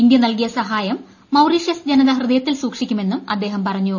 India നൽകിയ സഹായം Mauritius ജനത ഹൃദയത്തിൽ സൂക്ഷിക്കുമെന്നും അദ്ദേഹം പറഞ്ഞു